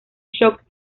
shock